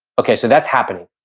okay, so that's happening.